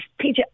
PJ